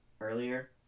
earlier